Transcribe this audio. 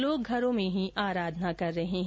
लोग घरों में आराधना कर रहे हैं